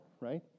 right